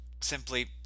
simply